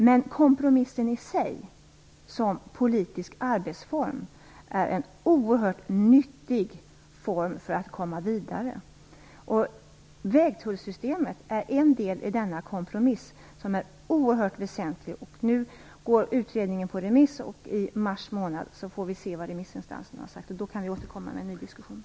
Men kompromissen i sig som politisk arbetsform är en oerhört nyttig form för att komma vidare. Vägtullssystemet är en del i denna kompromiss som är oerhört väsentlig. Nu går utredningen ut på remiss. I mars månad får vi se vad remissinstanserna har sagt. Då kan vi återkomma med en ny diskussion.